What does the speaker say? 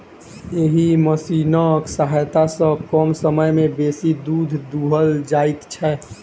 एहि मशीनक सहायता सॅ कम समय मे बेसी दूध दूहल जाइत छै